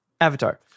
Avatar